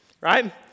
right